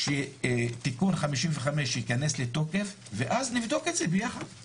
שתיקון 55 ייכנס לתוקף ואז נבדוק את זה ביחד.